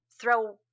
throw